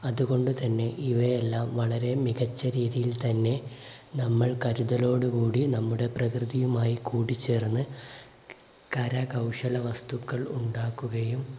അതുകൊണ്ടുതന്നെ ഇവയെല്ലാം വളരെ മികച്ച രീതിയിൽ തന്നെ നമ്മൾ കരുതലോടുകൂടി നമ്മുടെ പ്രകൃതിയുമായി കൂടിച്ചേർന്ന് കരകൗശലവസ്തുക്കൾ ഉണ്ടാക്കുകയും